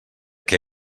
què